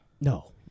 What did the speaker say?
No